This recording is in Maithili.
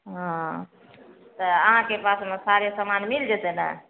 हँ तऽ अहाँके पासमे सारे समान मिलि जएतै ने